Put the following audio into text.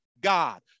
God